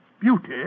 beauty